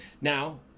Now